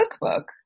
cookbook